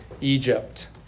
Egypt